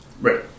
Right